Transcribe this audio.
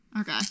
Okay